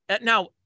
now